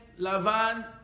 Lavan